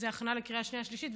זו הכנה לקריאה שנייה ושלישית,